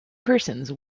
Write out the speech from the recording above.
persons